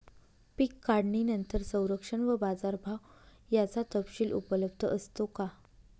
पीक काढणीनंतर संरक्षण व बाजारभाव याचा तपशील उपलब्ध असतो का?